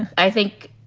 i think